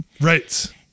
right